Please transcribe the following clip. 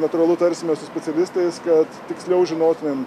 natūralu tarsimės su specialistais kad tiksliau žinotumėm